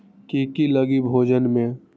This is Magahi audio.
की की लगी भेजने में?